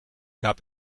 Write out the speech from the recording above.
gab